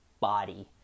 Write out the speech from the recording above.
body